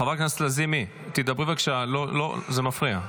חברת הכנסת לזימי, בבקשה, זה מפריע.